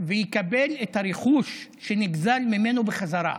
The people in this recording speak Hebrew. ויקבל את הרכוש שנגזל ממנו בחזרה,